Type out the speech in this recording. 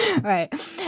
Right